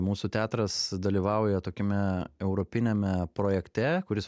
mūsų teatras dalyvauja tokiame europiniame projekte kuris